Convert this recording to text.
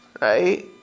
right